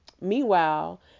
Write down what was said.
Meanwhile